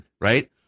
right